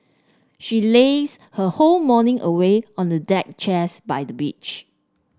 she lazed her whole morning away on a deck chairs by the beach